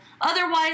Otherwise